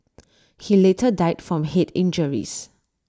he later died from Head injuries